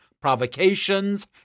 provocations